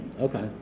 Okay